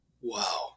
Wow